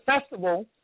festival